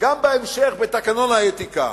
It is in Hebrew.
גם בהמשך, בתקנון האתיקה,